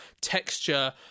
texture